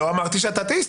לא אמרתי שאתה אתאיסט.